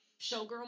showgirl